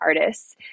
artists